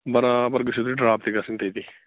برابر گٔژھِو تۄہہِ ڈرٛاپ تہِ گَژھٕنۍ تٔتی